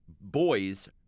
boys